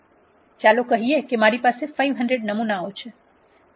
ચાલો કહીએ કે મારી પાસે 500 નમૂનાઓ છે